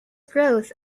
growth